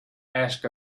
asked